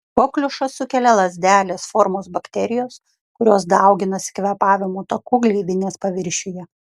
kokliušą sukelia lazdelės formos bakterijos kurios dauginasi kvėpavimo takų gleivinės paviršiuje